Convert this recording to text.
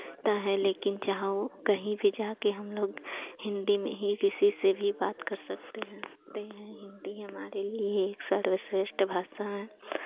ता है लेकिन जहाँ वो कहीं भी जाके हम लोग हिन्दी में ही किसी से भी बात कर सकते हैं ते हैं हिन्दी हमारे लिए एक सर्वश्रेष्ठ भाषा हैं